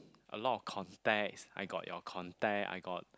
a lot of contacts I got your contact I got